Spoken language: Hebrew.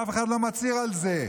ואף אחד לא מצהיר על זה.